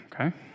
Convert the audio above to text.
okay